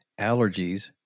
allergies